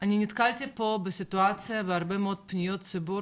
אני נתקלתי פה בסיטואציה והרבה מאוד פניות ציבור,